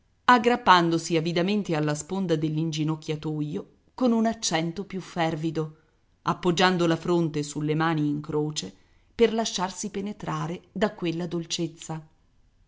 aggrappandosi avidamente alla sponda dell'inginocchiatoio con un accento più fervido appoggiando la fronte sulle mani in croce per lasciarsi penetrare da quella dolcezza